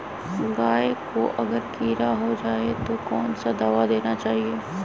गाय को अगर कीड़ा हो जाय तो कौन सा दवा देना चाहिए?